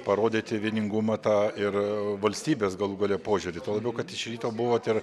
parodyti vieningumą tą ir valstybės galų gale požiūrį tuo labiau kad iš ryto buvot ir